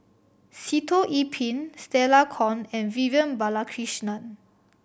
Sitoh Yih Pin Stella Kon and Vivian Balakrishnan